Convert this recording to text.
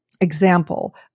example